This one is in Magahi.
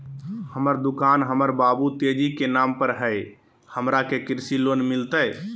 हमर दुकान हमर बाबु तेजी के नाम पर हई, हमरा के कृषि लोन मिलतई?